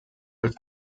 als